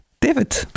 David